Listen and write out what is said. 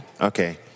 Okay